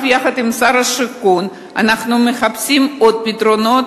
יחד עם שר השיכון אנחנו מחפשים עוד פתרונות,